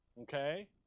Okay